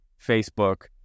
Facebook